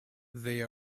they